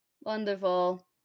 Wonderful